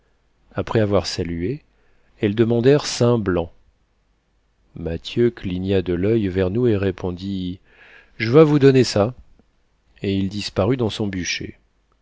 après avoir salué elles demandèrent saint blanc mathieu cligna de l'oeil vers nous et répondit j'vas vous donner ça et il disparut dans son bûcher